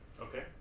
Okay